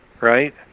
right